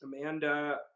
Amanda